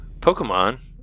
Pokemon